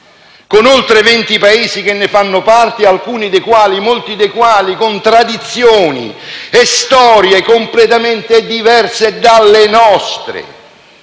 con oltre venti Paesi che ne fanno parte, molti dei quali con tradizioni e storie completamente diverse dalle nostre?